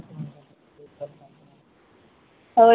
ହଏ